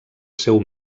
seu